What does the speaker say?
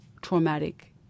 traumatic